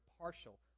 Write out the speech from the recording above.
partial